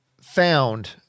found